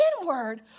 inward